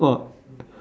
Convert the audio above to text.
well